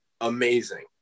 amazing